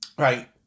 Right